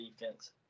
defense